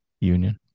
Union